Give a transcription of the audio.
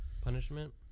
punishment